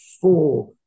four